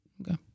Okay